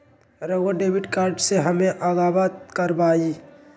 रहुआ debit card से हमें अवगत करवाआई?